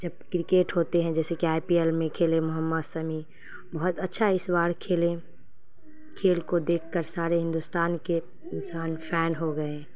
جب کرکٹ ہوتے ہیں جیسے کہ آئی پی ایل میں کھیلے محمد سمیع بہت اچھا اس بار کھیلے کھیل کو دیکھ کر سارے ہندوستان کے انسان فین ہو گئے